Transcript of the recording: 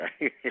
right